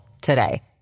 today